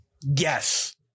Yes